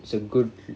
it's a good